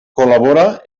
col·labora